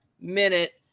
minute